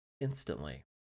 instantly